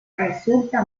resulta